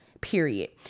period